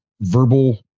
verbal